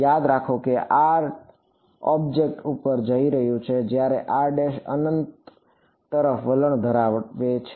યાદ રાખો કે r ઑબ્જેક્ટ ઉપર જઈ રહ્યું છે જ્યારે r' અનંત તરફ વલણ ધરાવે છે